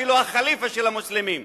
אפילו הח'ליפה של המוסלמים.